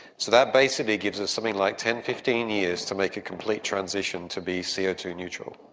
so that basically gives us something like ten, fifteen years to make a complete transition to be c o two neutral.